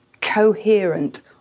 coherent